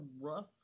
rough